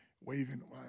waving